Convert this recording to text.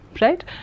right